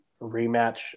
rematch